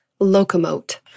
locomote